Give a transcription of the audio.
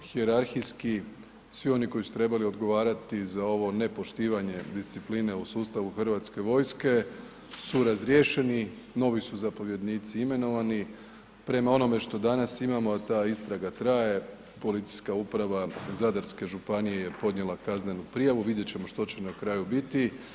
Hijerarhijski svi oni koji su trebali odgovarati za ovo nepoštivanje discipline u sustavu hrvatske vojske su razriješeni, novi su zapovjednici imenovani, prema onome što danas imamo ta istraga traje, Policijska uprava Zadarske županije je podnijela kaznenu prijavu, vidjet ćemo što će na kraju biti.